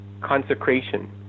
consecration